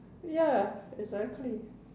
ya exactly